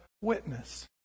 witness